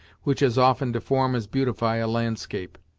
which as often deform as beautify a landscape.